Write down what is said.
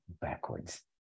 backwards